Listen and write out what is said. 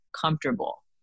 comfortable